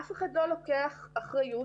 אף אחד לא לוקח אחריות